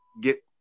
get